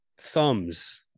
Thumbs